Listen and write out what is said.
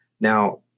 Now